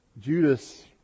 Judas